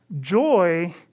Joy